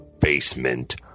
basement